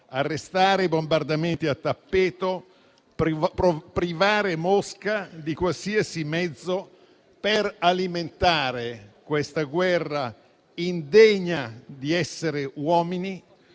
arrestare i bombardamenti a tappeto e privare Mosca di qualsiasi mezzo per alimentare una guerra indegna dell'essere uomini.